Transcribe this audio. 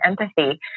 empathy